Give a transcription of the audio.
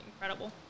incredible